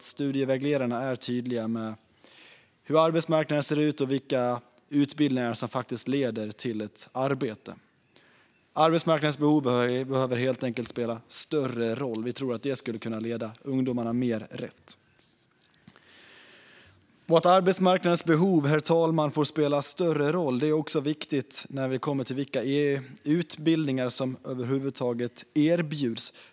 Studievägledarna behöver vara tydliga med hur arbetsmarknaden ser ut och vilka utbildningar som leder till ett arbete. Arbetsmarknadens behov behöver helt enkelt spela större roll. Vi tror att det skulle kunna leda ungdomarna mer rätt. Herr talman! Att arbetsmarknadens behov får spela större roll är också viktigt när det gäller vilka utbildningar som över huvud taget erbjuds.